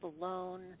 alone